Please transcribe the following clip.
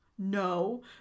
No